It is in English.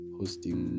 hosting